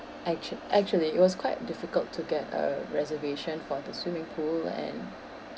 actua~ actually it was quite difficult to get a reservation for the swimming pool and